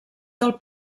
del